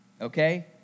okay